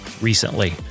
recently